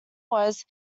was